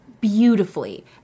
beautifully